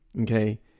Okay